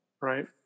right